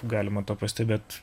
galima tą pastebėt